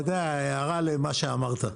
הערה למה שאמרת.